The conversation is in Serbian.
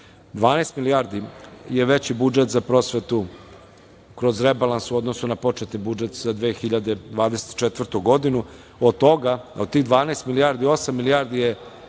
milijardi je veći budžet za prosvetu kroz rebalans u odnosu na početni budžet za 2024. godinu. Od tih 12 milijardi, osam milijardi je